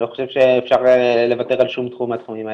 אני לא חושב שאפשר לוותר על שום תחום מהתחומים האלה.